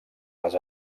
les